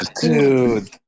Dude